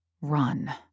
Run